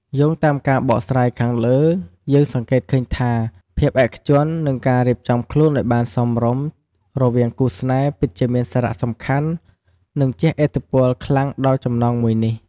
យោងតាមការបកស្រាយខាងលើ យើងសង្កេតឃើញថាភាពឯកជន និងការរៀបចំខ្លួនឱ្យបានសមរម្យរវាងគូរស្នេហ៍ពិតជាមានសារៈសំខាន់និងជះឥទ្ធិពលខ្លាំងដល់ចំណងមួយនេះ។